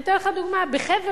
אני אתן לך דוגמה: ב"חבר",